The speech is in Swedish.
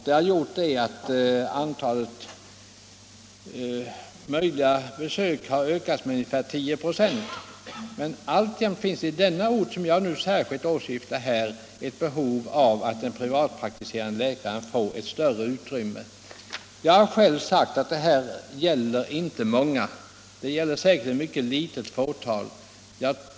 Det har gjort att antalet möjliga besök har ökats med ungefär 10 926, men alltjämt finns på denna ort, som jag särskilt åsyftar, ett behov av att den privatpraktiserande läkaren får större utrymme för patientbesök. Jag har själv sagt att detta inte gäller många, det gäller säkert ett mycket ringa antal fall.